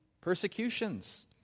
persecutions